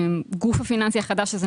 הגוף הפיננסי החדש הזה,